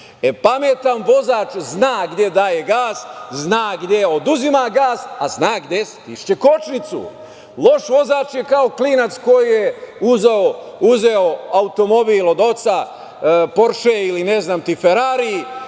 Pametan vozač zna gde daje gas, zna gde oduzima gas, a zna gde stišće kočnicu. Loš vozač je kao klinac koji je uzeo automobil od oca, Porše ili, ne znam, Ferari,